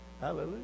hallelujah